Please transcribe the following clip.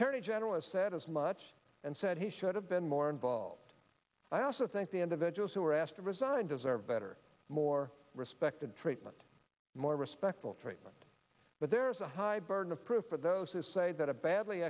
attorney general has said as much and said he should have been more involved i also think the individuals who are asked to resign deserve better more respect and treatment more respectful treatment but there is a high burden of proof for those who say that a badly